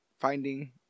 finding